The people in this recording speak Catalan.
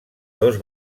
dos